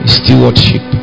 stewardship